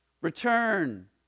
Return